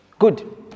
Good